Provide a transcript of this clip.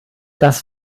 das